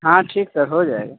हाँ ठीक सर हो जाएगा